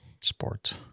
Sports